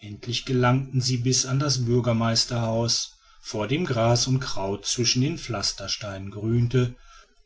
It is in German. endlich gelangten sie bis an das bürgermeisterhaus vor dem gras und kraut zwischen den pflastersteinen grünte